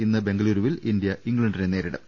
ഇന്ന് ബെംഗളൂരുവിൽ ഇന്ത്യ ഇംഗ്ലണ്ടിനെ നേരിടും